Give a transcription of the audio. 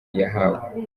yahawe